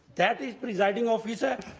that is, presiding officer.